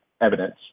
evidence